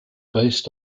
based